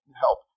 help